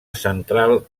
central